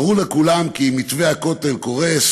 ברור לכולם כי אם מתווה הכותל קורס,